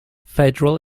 federal